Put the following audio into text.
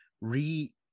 re